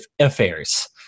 Affairs